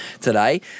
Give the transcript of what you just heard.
today